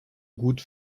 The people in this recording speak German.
gut